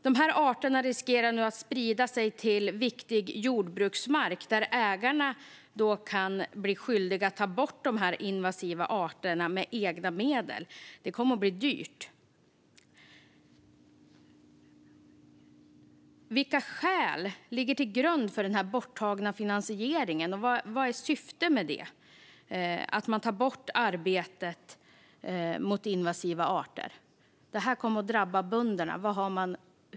Dessa arter riskerar att sprida sig till viktig jordbruksmark, och ägarna kan bli skyldiga att ta bort de invasiva arterna med egna medel. Det kommer att bli dyrt. Vilka skäl ligger till grund för den borttagna finansieringen, och vad är syftet med att ta bort arbetet mot invasiva arter? Det kommer att drabba bönderna.